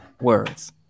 Words